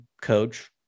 coach